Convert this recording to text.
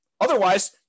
Otherwise